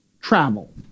travel